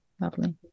Lovely